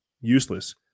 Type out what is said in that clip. useless